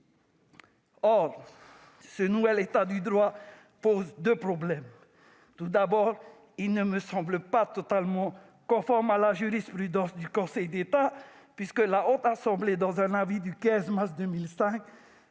Ce nouvel état du droit pose deux problèmes. Tout d'abord, il ne me semble pas totalement conforme à la jurisprudence du Conseil d'État, puisque la Haute Assemblée, dans un avis du 15 mars 2005